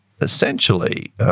essentially –